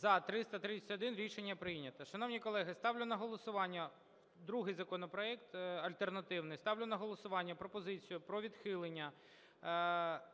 За – 331 Рішення прийнято. Шановні колеги, ставлю на голосування другий законопроект - альтернативний. Ставлю на голосування пропозицію про відхилення